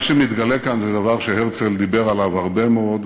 מה שמתגלה כאן זה דבר שהרצל דיבר עליו הרבה מאוד,